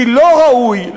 כי לא ראוי,